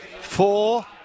Four